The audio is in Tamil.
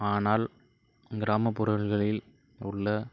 ஆனால் கிராமப்புறங்களில் உள்ள